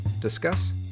discuss